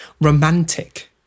romantic